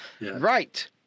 Right